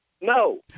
No